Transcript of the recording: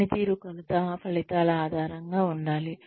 పనితీరు కొలత ఫలితాల ఆధారంగా ఉండాలి